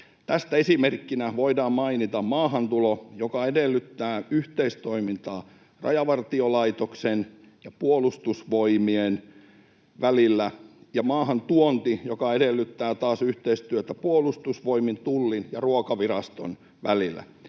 Tästä esimerkkinä voidaan mainita maahantulo, joka edellyttää yhteistoimintaa Rajavartiolaitoksen ja Puolustusvoimien välillä, ja maahantuonti, joka edellyttää taas yhteistyötä Puolustusvoimien, Tullin ja Ruokaviraston välillä.